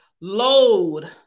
load